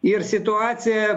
ir situacija